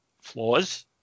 flaws